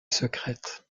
secrète